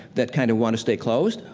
that kind of want to stay closed,